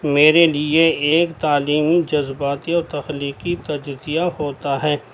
میرے لیے ایک تعلیمی جذباتی اور تخلیقی تجزیہ ہوتا ہے